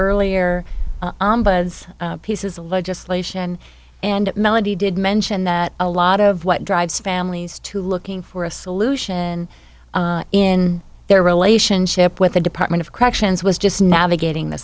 earlier buzz pieces of legislation and melody did mention that a lot of what drives families to looking for a solution in their relationship with the department of corrections was just navigating the